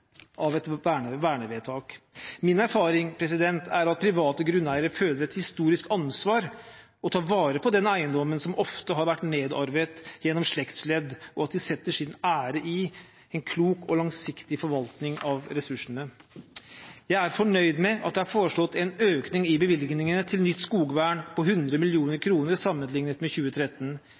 av et vernevedtak. Min erfaring er at private grunneiere føler et historisk ansvar for å ta vare på den eiendommen som ofte har vært nedarvet gjennom slektsledd, og at de setter sin ære i en klok og langsiktig forvaltning av ressursene. Jeg er fornøyd med at det er foreslått en økning i bevilgningene til nytt skogvern på 100 mill. kr sammenlignet med 2013.